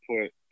put